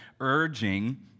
urging